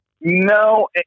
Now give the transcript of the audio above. No